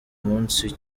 munsi